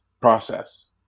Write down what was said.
process